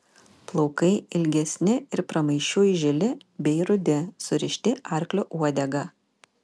plaukai ilgesni ir pramaišiui žili bei rudi surišti arklio uodega